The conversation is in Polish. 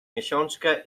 miesiączkę